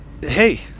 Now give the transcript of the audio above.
hey